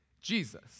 Jesus